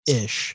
ish